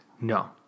No